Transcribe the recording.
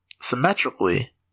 symmetrically